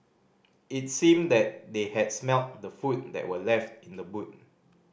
it seemed that they had smelt the food that were left in the boot